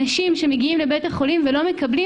אנשים שמגיעים לבתי החולים ולא מקבלים